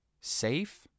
safe